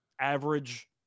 average